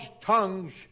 tongues